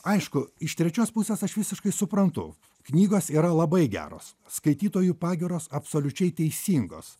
aišku iš trečios pusės aš visiškai suprantu knygos yra labai geros skaitytojų pagyros absoliučiai teisingos